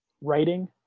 writing